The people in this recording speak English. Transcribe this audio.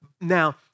Now